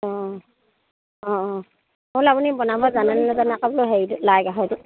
অ অঁ অঁ বোলো আপুনি বনাব জানে নে নাজানে আকৌ বোলো হেৰিটো লাই গাহৰিটো